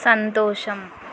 సంతోషం